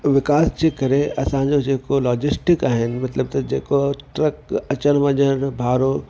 विकास जे करे असांजो जेको लॉजिस्टिक आहिनि मतिलब त ट्र्क अचण वञण जो भाड़ो